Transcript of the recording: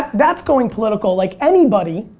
that's going political like anybody,